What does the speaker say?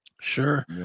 Sure